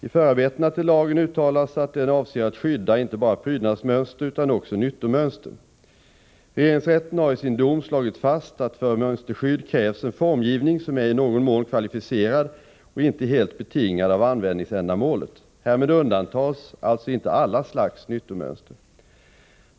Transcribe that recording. I förarbetena till lagen uttalas att den avser att skydda inte bara prydnadsmönster utan också nyttomönster. Regeringsrätten har i sin dom slagit fast att för mönsterskydd krävs en formgivning som är i någon mån kvalificerad och inte helt betingad av användningsändamålet. Härmed undantas alltså inte alla slags nyttomönster.